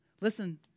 Listen